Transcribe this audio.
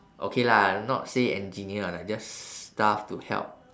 okay lah not say engineer lah like just staff to help